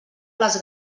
les